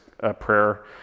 prayer